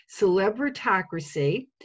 Celebritocracy